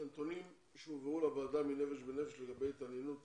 מהנתונים שהובאו לוועדה מ"נפש לנפש" לגבי התעניינות